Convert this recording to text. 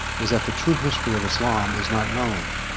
is that the true history of islam is not known.